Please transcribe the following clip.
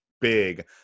big